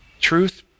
Truth